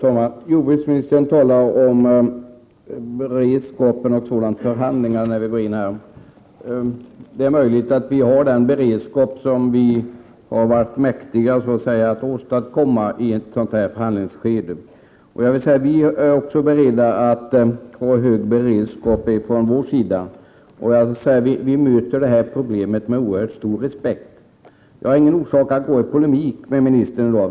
Fru talman! Jordbruksministern talar om beredskap och förhandlingar. Det är möjligt att vi har den beredskap som vi så att säga har varit mäktiga att åstadkomma i ett sådant förhandlingsskede. Vi moderater är också beredda att ha en hög beredskap. Vi möter detta problem med oerhört stor respekt. Jag har ingen anledning att gå i polemik med ministern i dag.